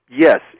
yes